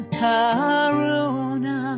karuna